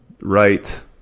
right